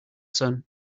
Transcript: sun